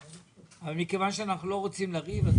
אבל מכיוון שאנחנו לא רוצים לריב אז